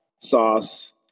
sauce